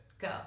Go